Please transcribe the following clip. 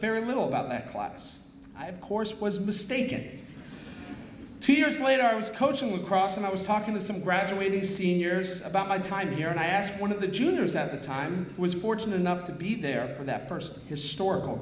very little about that class of course was mistaken two years later i was coaching with a cross and i was talking with some graduating seniors about my time here and i asked one of the juniors at the time was fortunate enough to be there for that first historical